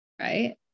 right